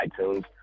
iTunes